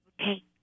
Okay